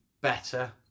better